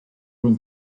room